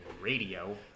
Radio